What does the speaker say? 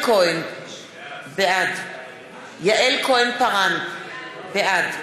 מטרת הצעת החוק היא להרחיב את מפעל ההזנה הקבוע כיום